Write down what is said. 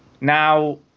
Now